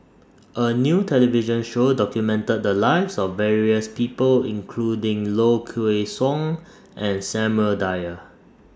A New television Show documented The Lives of various People including Low Kway Song and Samuel Dyer